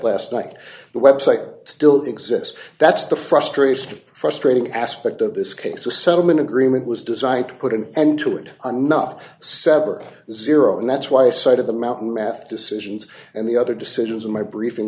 last night the website still exists that's the frustration frustrating aspect of this case the settlement agreement was designed to put an end to it i'm not sever zero and that's why side of the mountain math decisions and the other decisions in my briefing